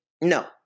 No